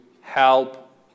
help